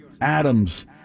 Adams